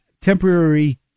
temporary